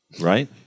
Right